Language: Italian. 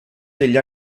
degli